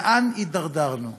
לאן הידרדרנו?